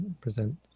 presents